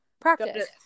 practice